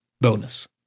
bonus